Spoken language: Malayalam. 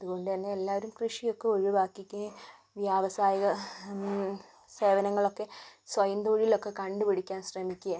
അതുകൊണ്ടുതന്നെ എല്ലാരും കൃഷിയൊക്കെ ഒഴിവാക്കി വ്യാവസായിക സേവനങ്ങളൊക്കെ സ്വയംതൊഴിലൊക്കെ കണ്ടുപിടിക്കാൻ ശ്രമിക്കുകയാണ്